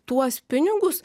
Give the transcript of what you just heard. tuos pinigus